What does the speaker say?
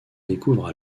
découvrent